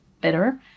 better